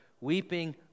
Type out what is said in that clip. weeping